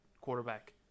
quarterback